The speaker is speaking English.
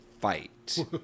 fight